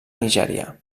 nigerià